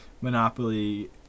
monopoly